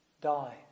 die